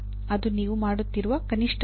ಅದು ನೀವು ಮಾಡುತ್ತಿರುವ ಕನಿಷ್ಠ ಕೆಲಸ